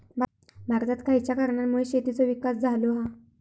भारतात खयच्या कारणांमुळे शेतीचो विकास झालो हा?